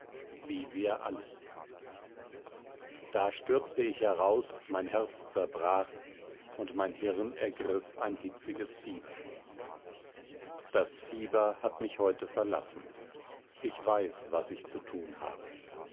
wie wir alle da stürzte ich heraus mein herz zerbrach und mein hirn ergriff ein hitziges fieber das fieber hat mich heute verlassen ich weiß was ich zu tun habe